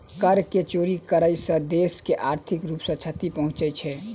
कर के चोरी करै सॅ देश के आर्थिक रूप सॅ क्षति पहुँचे छै